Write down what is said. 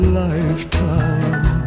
lifetime